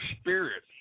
spirit